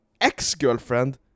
ex-girlfriend